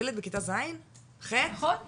ילד בכיתה ז', ח', ט'.